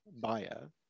buyer